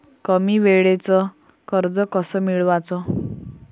कमी वेळचं कर्ज कस मिळवाचं?